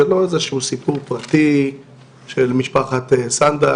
זה לא סיפור פרטי של משפחת סנדק,